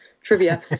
trivia